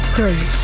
Three